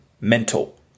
mental